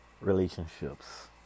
relationships